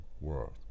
world